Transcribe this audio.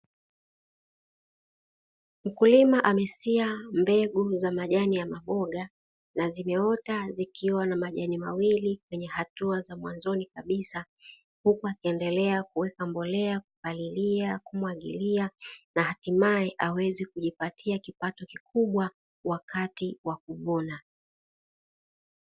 Mkulima amesia mbegu za majani ya maboga na zimeota zikiwa na majani mawili, kwenye hatua za mwanzoni kabisa huku akiendelea kuweka mbolea, kupalilia, kumwagilia na hatimaye aweze kujipatia kipato kikubwa wakati wa kuvuna.